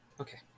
Okay